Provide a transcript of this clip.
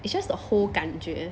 it's just a whole 感觉